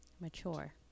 Mature